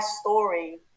story